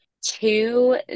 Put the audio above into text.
Two